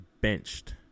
benched